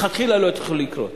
מלכתחילה לא היו צריכים לקרות.